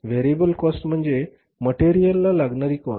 variable cost म्हणजे material ला लागणारी कॉस्ट